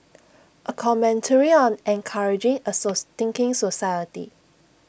A commentary on encouraging A so thinking society